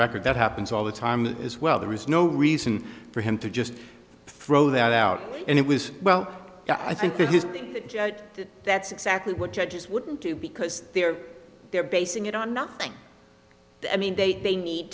record that happens all the time as well there is no reason for him to just throw that out and it was well i think that's exactly what judges wouldn't do because they're they're basing it on nothing i mean they they need